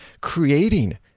creating